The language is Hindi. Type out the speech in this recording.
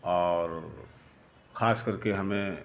और खास करके हमें